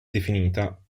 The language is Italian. definita